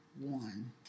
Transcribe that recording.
one